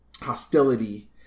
hostility